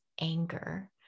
anger